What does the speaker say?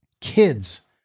kids